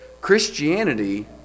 Christianity